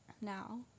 now